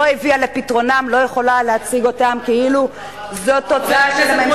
הביאה לפתרונה לא יכולה להציג אותה כאילו זאת תוצאה של הממשלה